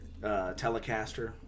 Telecaster